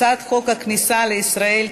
הצעת חוק הכניסה לישראל (תיקון,